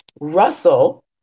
Russell